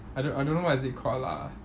I don't I don't know what is it called lah